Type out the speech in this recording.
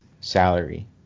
salary